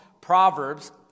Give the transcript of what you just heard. Proverbs